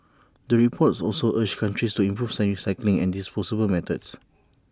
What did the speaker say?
the report is also urged countries to improve recycling and disposal methods